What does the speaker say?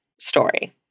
story